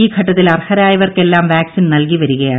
ഈ ഘട്ടത്തിൽ അർഹരായവർക്കെല്ലാം വാക്സിൻ നൽകി വരികയാണ്